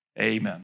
amen